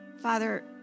Father